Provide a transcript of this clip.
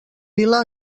vila